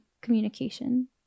communication